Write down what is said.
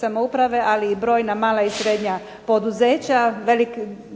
samouprave ali i brojna mala i srednja poduzeća, velike